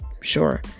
sure